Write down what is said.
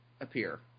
appear